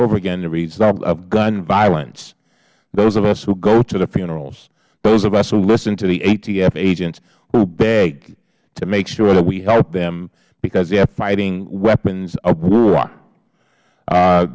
over again the result of gun violence those of us who go to the funerals those of us who listen to the atf agents who beg to make sure that we help them because they're fighting weapons of war